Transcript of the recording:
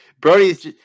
Brody's